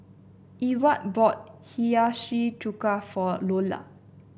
Ewart bought Hiyashi Chuka for Lola